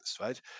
right